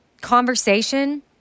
conversation